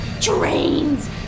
trains